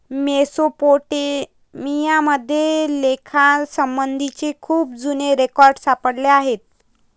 Mesopotamia मध्ये लेखासंबंधीचे खूप जुने रेकॉर्ड सापडले आहेत